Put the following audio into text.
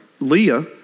Leah